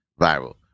Viral